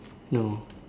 no